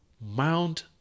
mount